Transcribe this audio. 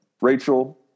Rachel